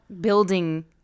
building